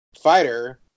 fighter